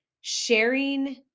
sharing